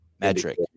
metric